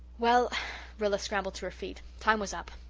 well rilla scrambled to her feet time was up.